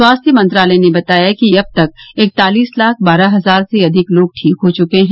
स्वास्थ्य मंत्रालय ने बताया कि अब तक इकतालिस लाख बारह हजार से अधिक लोग ठीक हो चुके हैं